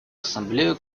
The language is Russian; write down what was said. ассамблею